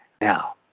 Now